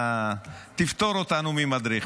תפטור אותנו ממדריך,